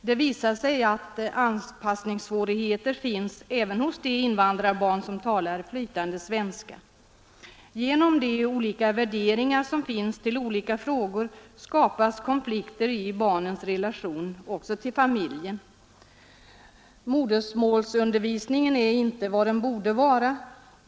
Det visar sig att anpassningssvårigheter finns även hos de invandrarbarn som talar flytande svenska. Genom de olika värderingar som finns i olika frågor skapas konflikter också i barnens relation till familjen. Modersmålsundervisningen är inte vad den borde vara.